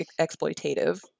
exploitative